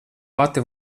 pati